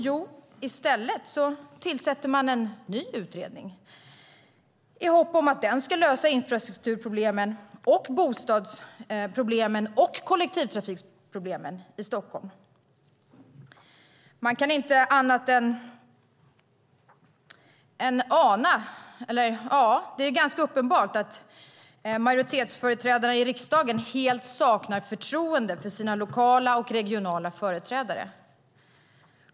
Jo, i stället tillsätter den en ny utredning i hopp om att den ska lösa infrastrukturproblemen, bostadsproblemen och kollektivtrafiksproblemen i Stockholm. Man kan inte annat än ana varför. Det är ganska uppenbart att majoritetsföreträdarna i riksdagen helt saknar förtroende för sina lokala och regionala företrädare.